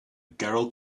girl